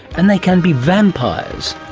and they can be vampires.